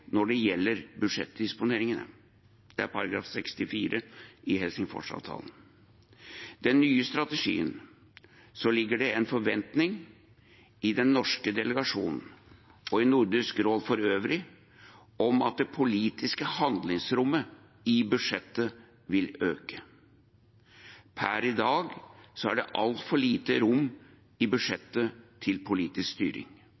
når det gjelder budsjettdisposisjonene, det er ifølge Art 64 i Helsingforsavtalen. Med den nye strategien ligger det en forventning i den norske delegasjonen og Nordisk råd for øvrig om at det politiske handlingsrommet i budsjettet vil øke. Per i dag er det altfor lite rom i budsjettet til politisk styring,